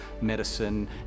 medicine